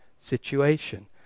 situation